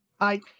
Hi